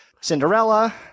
Cinderella